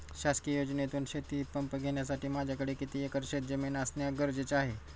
शासकीय योजनेतून शेतीपंप घेण्यासाठी माझ्याकडे किती एकर शेतजमीन असणे गरजेचे आहे?